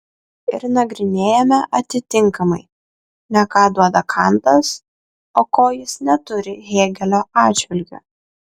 ir nagrinėjame atitinkamai ne ką duoda kantas o ko jis neturi hėgelio atžvilgiu